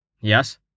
Yes